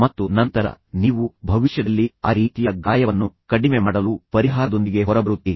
ಮತ್ತು ನಂತರ ನೀವು ಭವಿಷ್ಯದಲ್ಲಿ ಆ ರೀತಿಯ ಗಾಯವನ್ನು ಕಡಿಮೆ ಮಾಡಲು ಪರಿಹಾರದೊಂದಿಗೆ ಹೊರಬರುತ್ತೀರಿ